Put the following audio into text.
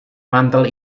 mantel